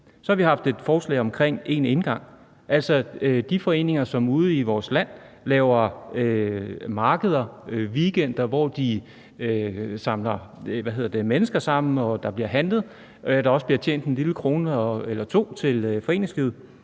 Så har vi haft et forslag omkring én indgang. Altså, skulle de foreninger, som ude i vores land laver markeder i weekender, hvor de samler mennesker og der bliver handlet, og hvor der også bliver tjent en lille krone eller to til foreningslivet,